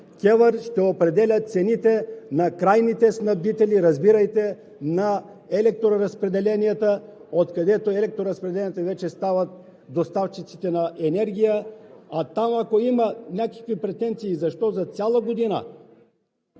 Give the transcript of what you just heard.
КЕВР ще определя цените на крайните снабдители. Разбирайте на електроразпределенията, откъдето електроразпределенията вече стават доставчиците на енергия. А там, ако има някакви претенции – защо за цяла година,